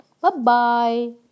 Bye-bye